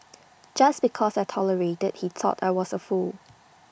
just because I tolerated he thought I was A fool